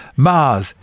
mars,